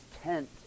tent